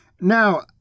Now